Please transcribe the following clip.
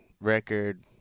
record